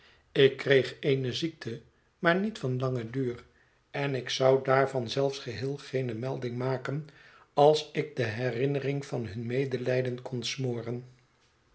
ik kreeg eene ziekte maar niet van langen duur en ik zou daarvan zelfs geheel geene melding maken als ik de herinnering van hun medelijden kon smoren